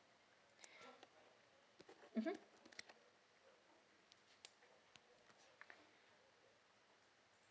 mm hmm